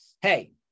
Hey